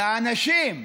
לאנשים,